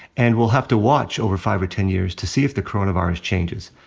and we'll have to watch over five or ten years to see if the coronavirus changes.